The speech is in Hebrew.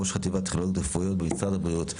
ראש חטיבת טכנולוגיות רפואיות במשרד הבריאות,